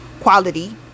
quality